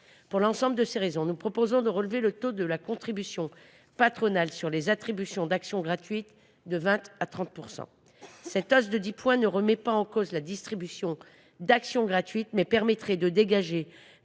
Pour l’ensemble de ces raisons, nous proposons de relever le taux de la contribution patronale sur les attributions d’actions gratuites de 20 % à 30 %. Cette hausse de dix points ne remettrait pas en cause la distribution d’actions gratuites, mais permettrait de dégager